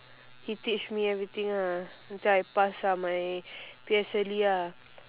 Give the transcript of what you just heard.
he teach me everything ah until I pass ah my P_S_L_E ah